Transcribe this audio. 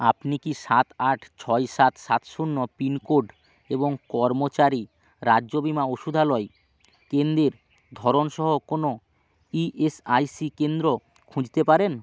আপনি কি সাত আট ছয় সাত সাত শূন্য পিনকোড এবং কর্মচারী রাজ্য বীমা ঔষধালয় কেন্দ্রের ধরন সহ কোনও ইএসআইসি কেন্দ্র খুঁজতে পারেন